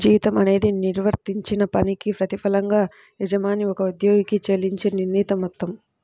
జీతం అనేది నిర్వర్తించిన పనికి ప్రతిఫలంగా యజమాని ఒక ఉద్యోగికి చెల్లించే నిర్ణీత మొత్తం